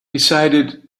decided